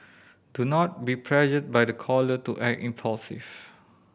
do not be pressured by the caller to act impulsive